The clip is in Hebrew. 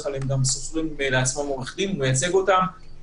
כלל הם גם שוכרים לעצמם עורך דין שמייצג אותם,